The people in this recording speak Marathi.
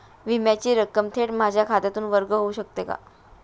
विम्याची रक्कम थेट माझ्या खात्यातून वर्ग होऊ शकते का?